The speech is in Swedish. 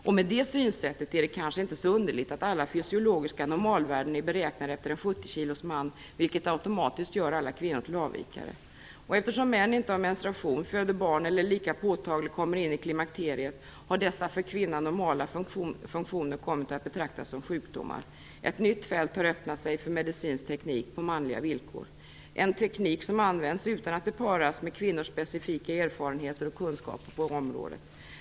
Och med det synsättet är det kanske inte så underligt att alla fysiologiska normalvärden är beräknade efter en 70-kilosman, vilket automatiskt gör alla flickor till avvikare. Eftersom män inte har menstruation, föder barn eller lika påtagligt kommer in i klimakteriet har dessa för kvinnan normala funktioner kommit att betraktas som sjukdomar. Ett nytt fält har öppnat sig för medicinsk teknik på manliga villkor, en teknik som används utan att den paras med kvinnors specifika erfarenheter och kunskaper på området.